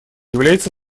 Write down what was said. является